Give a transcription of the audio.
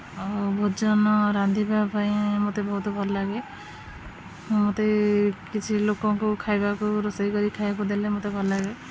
ଆଉ ଭୋଜନ ରାନ୍ଧିବା ପାଇଁ ମୋତେ ବହୁତ ଭଲ ଲାଗେ ମୋତେ କିଛି ଲୋକଙ୍କୁ ଖାଇବାକୁ ରୋଷେଇ କରି ଖାଇବାକୁ ଦେଲେ ମୋତେ ଭଲ ଲାଗେ